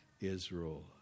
Israel